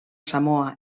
samoa